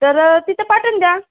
तर तिथं पाठवून द्या